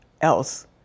else